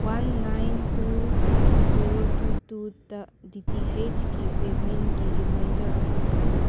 one nine two zero two ꯇꯨꯗ ꯗꯤ ꯇꯤ ꯍꯩꯁꯀꯤ ꯄꯦꯃꯦꯟꯒꯤ ꯔꯤꯃꯥꯏꯟꯗꯔ ꯑꯃ ꯊꯝꯃꯨ